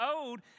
old